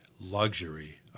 luxury